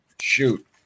Shoot